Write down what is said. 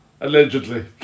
Allegedly